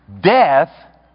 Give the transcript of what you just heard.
death